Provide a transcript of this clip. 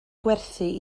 gwerthu